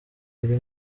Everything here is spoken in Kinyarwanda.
iri